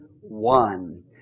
one